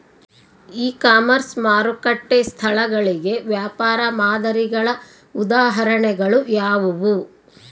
E commerce ಮಾರುಕಟ್ಟೆ ಸ್ಥಳಗಳಿಗೆ ವ್ಯಾಪಾರ ಮಾದರಿಗಳ ಉದಾಹರಣೆಗಳು ಯಾವುವು?